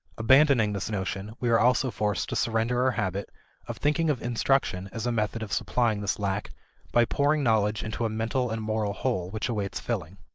abandoning this notion, we are also forced to surrender our habit of thinking of instruction as a method of supplying this lack by pouring knowledge into a mental and moral hole which awaits filling.